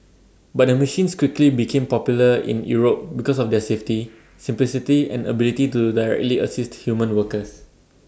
but the machines quickly became popular in Europe because of their safety simplicity and ability to directly assist human workers